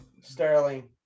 Sterling